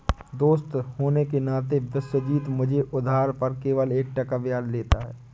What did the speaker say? दोस्त होने के नाते विश्वजीत मुझसे उधार पर केवल एक टका ब्याज लेता है